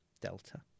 delta